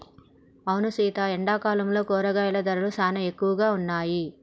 అవును సీత ఎండాకాలంలో కూరగాయల ధరలు సానా ఎక్కువగా ఉన్నాయి